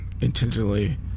intentionally